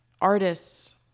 artists